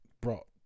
brought